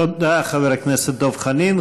תודה, חבר הכנסת דב חנין.